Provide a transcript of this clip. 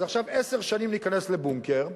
אז עכשיו עשר שנים ניכנס לבונקר,